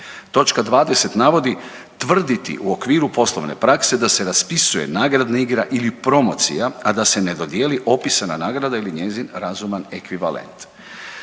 Točka 20 navodi tvrditi u okviru poslovne praske da se raspisuje nagradna igra ili promocija, a da se ne dodijeli opisana nagrada ili njezin razuman ekvivalent.